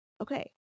okay